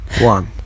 one